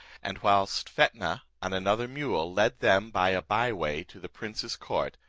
and whilst fetnah on another mule led them by a bye-way to the prince's court,